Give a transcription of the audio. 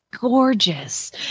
gorgeous